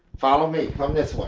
follow me from this